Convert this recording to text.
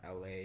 LA